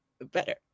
better